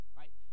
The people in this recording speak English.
right